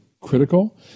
critical